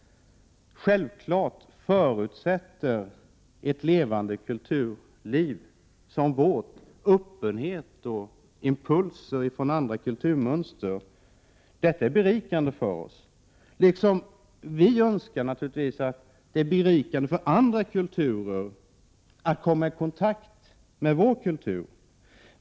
Självfallet förutsätter ett levande kulturliv som vårt öppenhet och impulser från andra kulturmönster. Detta är berikande för oss, liksom vi naturligtvis önskar att det är berikande för andra kulturer att komma i kontakt med vår kultur.